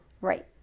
Right